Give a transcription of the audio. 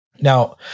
Now